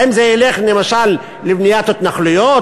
האם זה ילך למשל לבניית התנחלויות,